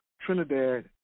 Trinidad